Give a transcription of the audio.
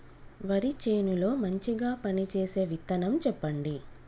వరి చేను లో మంచిగా పనిచేసే విత్తనం చెప్పండి?